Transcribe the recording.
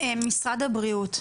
משרד הבריאות,